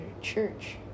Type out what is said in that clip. church